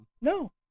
No